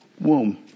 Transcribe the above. womb